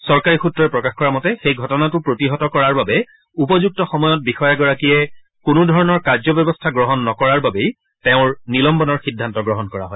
চৰকাৰী সূত্ৰই প্ৰকাশ কৰা মতে সেই ঘটনাটো প্ৰতিহত কৰাৰ বাবে উপযুক্ত সময়ত বিষয়াগৰাকীয়ে কোনো ধৰণৰ কাৰ্যব্যৱস্থা গ্ৰহণ নকৰাৰ বাবেই তেওঁৰ নিলম্বনৰ সিদ্ধান্ত গ্ৰহণ কৰা হয়